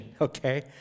okay